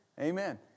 Amen